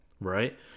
right